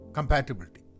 Compatibility